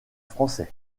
français